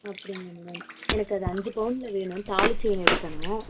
அப்படிங்களா மேம் எனக்கு அது அஞ்சு பவுனில் வேணும் தாலி செயின் எடுக்கணும்